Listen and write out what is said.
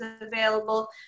available